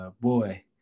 boy